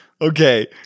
okay